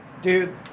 Dude